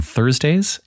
Thursdays